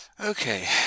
Okay